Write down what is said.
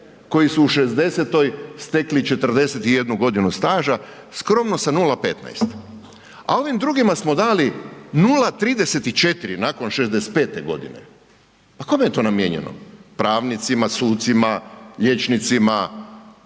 koji su u 60-toj stekli 41 g. staža skromno sa 0,15 a ovim drugima smo dali 0,34 nakon 65 godine. Pa kome je to namijenjeno? Pravnicima, sucima, liječnicima,